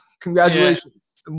Congratulations